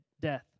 death